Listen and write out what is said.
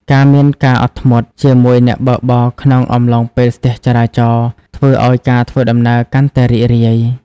ការមានការអត់ធ្មត់ជាមួយអ្នកបើកបរក្នុងអំឡុងពេលស្ទះចរាចរណ៍ ធ្វើឱ្យការធ្វើដំណើរកាន់តែរីករាយ។